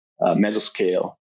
mesoscale